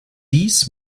dies